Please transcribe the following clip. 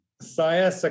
Saya